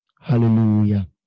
Hallelujah